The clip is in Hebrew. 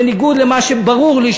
בניגוד למה שברור לי,